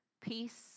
peace